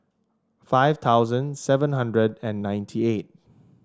five thousand seven hundred and ninety eight